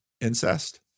incest